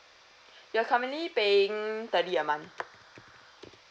you're currently paying thirty a month